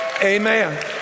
Amen